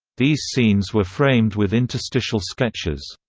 these scenes were framed with interstitial sketches.